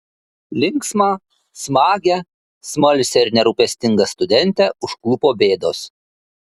linksmą smagią smalsią ir nerūpestingą studentę užklupo bėdos